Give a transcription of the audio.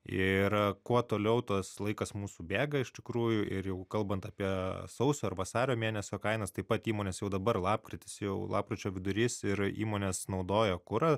ir kuo toliau tuos laikas mūsų bėga iš tikrųjų ir jeigu kalbant apie sausio ar vasario mėnesio kainas taip pat įmonės jau dabar lapkritis jau lapkričio vidurys ir įmonės naudoja kurą